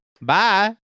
Bye